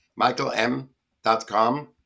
MichaelM.com